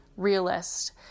realist